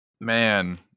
Man